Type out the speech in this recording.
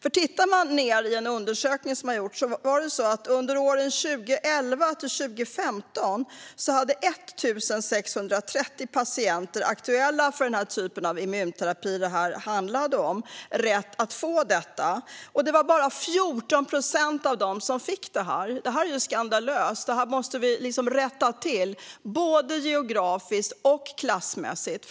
Enligt en undersökning var det under åren 2011-2015 1 630 patienter aktuella för denna typ av immunterapi som hade rätt att få den, men det var bara 14 procent av dem som fick den. Det är ju skandalöst. Det måste vi rätta till, både geografiskt och klassmässigt.